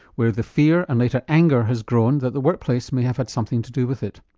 where the fear and later anger has grown that the workplace may have had something to do with it.